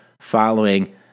following